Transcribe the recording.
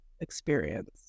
experience